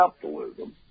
capitalism